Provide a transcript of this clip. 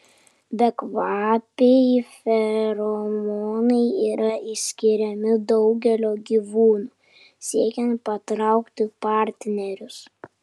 bekvapiai feromonai yra išskiriami daugelio gyvūnų siekiant patraukti partnerius